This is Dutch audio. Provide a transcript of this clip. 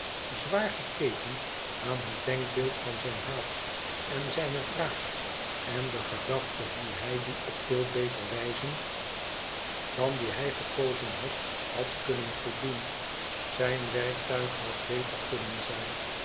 zwaar geketend aan het denkbeeld van zijn haat en zijne wraak en de gedachte hoe hij die op veel beter wijzen dan die hij gekozen had had kunnen voldoen zijn werktuig had beter kunnen zijn